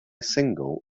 single